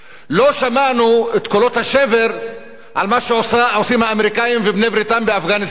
לא שמענו את קולות השבר על מה שעושים האמריקנים ובעלי-בריתם באפגניסטן.